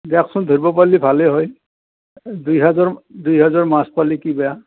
দিয়কচোন ধৰিব পাৰিলে ভালেই হয় দুহেজাৰ দুহেজাৰ মাছ পালে কি বেয়া